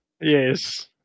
Yes